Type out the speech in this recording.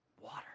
water